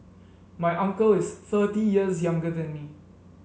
my uncle is thirty years younger than me